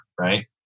right